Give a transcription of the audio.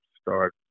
start